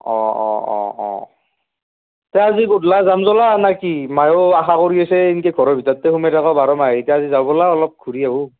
অঁ অঁ অঁ অঁ তে আজি গধূলি যাম জলা না কি মায়েও আশা কৰি আছে এইকেইদিন ঘৰৰ ভিতৰতে সোমাই থাকা বাৰমাহে এতিয়া আজি যাওঁ বলা অলপ ঘুৰি আহোঁ